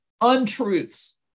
untruths